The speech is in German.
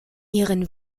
ihren